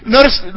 Notice